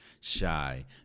shy